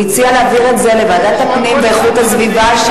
הוא הציע להעביר את זה לוועדת הפנים ואיכות הסביבה.